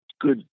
good